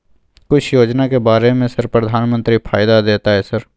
कुछ योजना के बारे में सर प्रधानमंत्री फायदा देता है सर?